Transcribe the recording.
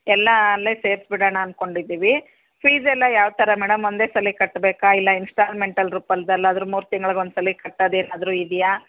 ಎಲ್ಲ ಅಲ್ಲೆ ಸೇರ್ಸಿ ಬಿಡೋಣ ಅಂದ್ಕೊಂಡಿದ್ದೀವಿ ಫೀಸೆಲ್ಲ ಯಾವ ಥರ ಮೇಡಮ್ ಒಂದೇ ಸಲ ಕಟ್ಟಬೇಕಾ ಇಲ್ಲ ಇನ್ಸ್ಟಾಲ್ಮೆಂಟಲ್ಲಿ ರೂಪದಲ್ಲಾದರು ಮೂರು ತಿಂಗ್ಳಿಗ್ ಒಂದ್ಸಲ ಕಟ್ಟೋದೇನಾದರು ಇದೆಯಾ